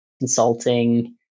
consulting